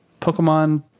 Pokemon